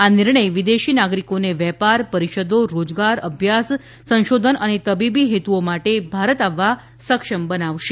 આ નિર્ણય વિદેશી નાગરિકોને વેપાર પરિષદો રોજગાર અભ્યાસ સંશોધન અને તબીબી હેતુઓ માટે ભારત આવવા સક્ષમ બનાવશે